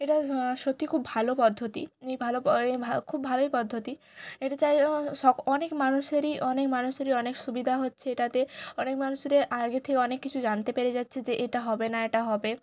এটা সত্যি খুব ভালো পদ্ধতি এই ভালো এই ভালো খুব ভালোই পদ্ধতি এটা চাই শখ অনেক মানুষেরই অনেক মানুষেরই অনেক সুবিধা হচ্ছে এটাতে অনেক মানুষেরই আগে থেকে অনেক কিছু জানতে পেরে যাচ্ছে যে এটা হবে না এটা হবে